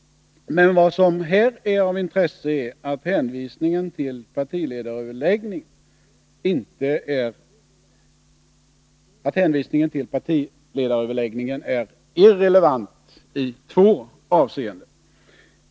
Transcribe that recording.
Men vad som är av intresse är att hänvisningen till partiledaröverläggningen är irrelevant i två avseenden.